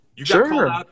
Sure